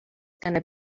gonna